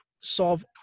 solve